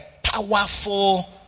powerful